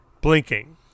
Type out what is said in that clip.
blinking